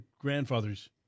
grandfather's